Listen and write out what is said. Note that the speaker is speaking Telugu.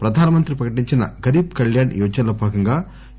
ప్రధాన మంత్రి ప్రకటించిన గరీబ్ కళ్యాణ్ యోజనలో భాగంగా ఇ